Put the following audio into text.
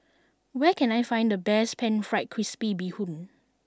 where can I find the best pan fried crispy bee hoon